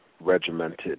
regimented